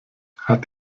hat